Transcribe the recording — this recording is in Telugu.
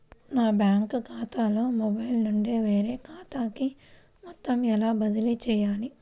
నా బ్యాంక్ ఖాతాలో మొబైల్ నుండి వేరే ఖాతాకి మొత్తం ఎలా బదిలీ చేయాలి?